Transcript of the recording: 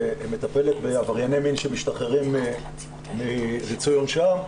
שמטפלת בעברייני מין שמשתחררים מריצוי עונשם,